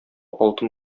алтын